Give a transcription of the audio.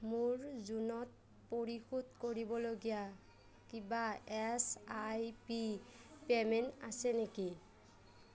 মোৰ জুনত পৰিশোধ কৰিবলগীয়া কিবা এচ আই পি পে'মেণ্ট আছে নেকি